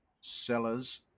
sellers